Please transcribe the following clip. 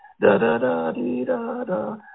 da-da-da-dee-da-da